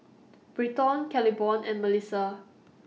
Bryton Claiborne and Melisa